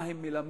מה הם מלמדים,